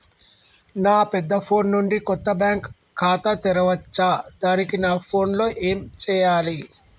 నా పెద్ద ఫోన్ నుండి కొత్త బ్యాంక్ ఖాతా తెరవచ్చా? దానికి నా ఫోన్ లో ఏం చేయాలి?